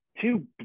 two